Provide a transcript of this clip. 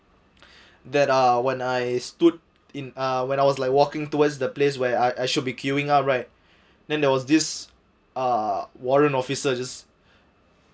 that ah when I stood in uh when I was like walking towards the place where I I shall be queuing up right then there was this uh warrant officers just